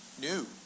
new